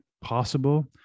possible